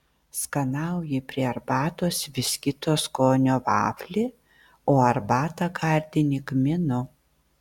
skanauji prie arbatos vis kito skonio vaflį o arbatą gardini kmynu